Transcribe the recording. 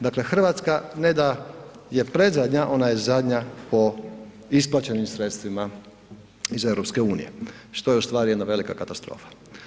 Dakle, Hrvatska ne da je predzadnja, ona je zadnja po isplaćenim sredstvima iz EU što je ustvari jedna velika katastrofa.